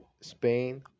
Spain